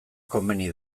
komeni